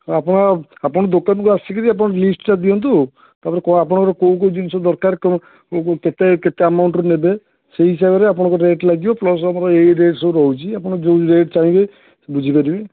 ହଁ ଆପଣ ଆପଣ ଦୋକାନକୁ ଆସି କରି ଆପଣଙ୍କ ଲିଷ୍ଟଟା ଦିଅନ୍ତୁ ତା'ପରେ ଆପଣଙ୍କର କେଉଁ କେଉଁ ଜିନିଷ ଦରକାର କେତେ କେତେ ଆମାଉଣ୍ଟର ନେବେ ସେଇ ହିସାବରେ ଆପଣଙ୍କର ରେଟ୍ ଲାଗିବ ପ୍ଲସ୍ ଆମର ଏଇ ରେଟ୍ ସବୁ ରହୁଛି ଆପଣ ଯେଉଁ ରେଟ୍ ଚାହିଁବେ ବୁଝିପାରିବେ